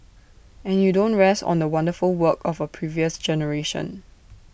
and you don't rest on the wonderful work of A previous generation